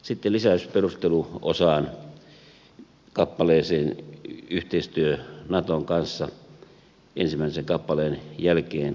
sitten lisäys perusteluosaan kappaleeseen yhteistyö naton kanssa ensimmäisen kappaleen jälkeen seuraava lisäys